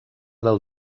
del